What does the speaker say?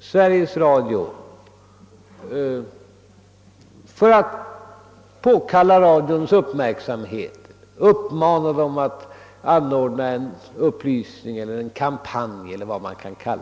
Sveriges Radio för att fästa företagets uppmärksamhet på en fråga och uppmana det att anordna en upplysningskampanj.